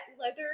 leather